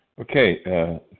Okay